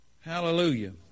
Hallelujah